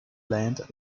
land